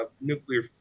nuclear